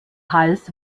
hals